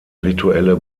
rituelle